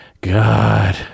God